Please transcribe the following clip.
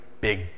big